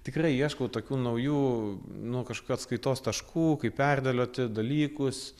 tikrai ieškau tokių naujų nu kažkokių atskaitos taškų kaip perdėlioti dalykus